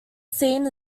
seen